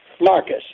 Marcus